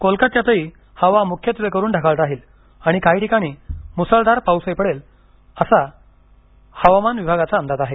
कोलकात्यातही हवा मुख्यत्वेकरून ढगाळ राहील आणि काही ठिकाणी मुसळधार पाऊसही पडेल असा हवामान विभागाचा अंदाज आहे